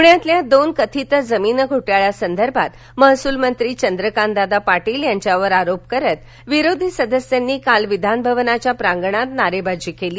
पुण्यातल्या दोन कथित जमीन घोटाळ्यांसंदर्भात महसूलमंत्री चंद्रकांत दादा पाटील यांच्यावर आरोप करत विरोधी सदस्यांनी काल विधानभवनाच्या प्रांगणात नारेबाजी केली